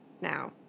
now